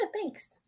Thanks